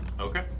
Okay